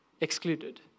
excluded